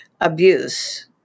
abuse